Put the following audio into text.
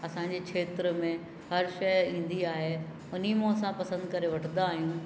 असांजे खेत्र में हर शइ ईंदी आहे उन मों असां पसंदि करे वठंदा आहियूं